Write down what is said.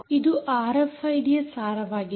ಇದು ಆರ್ಎಫ್ಐಡಿ ಯ ಸಾರವಾಗಿದೆ